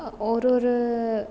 ஒரு ஒரு